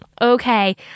okay